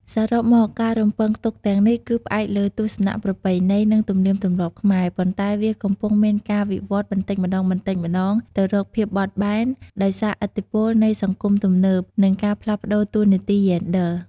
សរុបមក ការរំពឹងទុកទាំងនេះគឺផ្អែកលើទស្សនៈប្រពៃណី និងទំនៀមទម្លាប់ខ្មែរ ប៉ុន្តែវាកំពុងមានការវិវត្តបន្តិចម្តងៗទៅរកភាពបត់បែន ដោយសារឥទ្ធិពលនៃសង្គមទំនើប និងការផ្លាស់ប្តូរតួនាទីយេនឌ័រ។